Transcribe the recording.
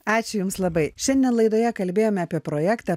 ačiū jums labai šiandien laidoje kalbėjome apie projektą